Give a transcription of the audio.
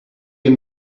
and